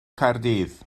caerdydd